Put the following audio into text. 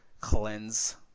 cleanse